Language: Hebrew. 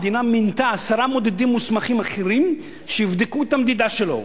המדינה מינתה עשרה מודדים מוסמכים אחרים שיבדקו את המדידה שלו.